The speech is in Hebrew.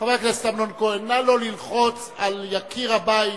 חבר הכנסת אמנון כהן, נא לא ללחוץ על יקיר הבית.